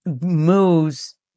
moves